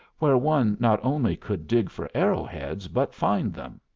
where one not only could dig for arrow-heads, but find them.